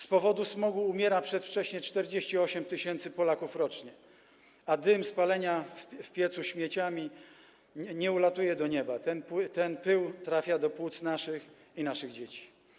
Z powodu smogu umiera przedwcześnie 48 tys. Polaków rocznie, a dym z palenia w piecu śmieciami nie ulatuje do nieba - ten pył trafia do płuc naszych i naszych dzieci.